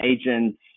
agents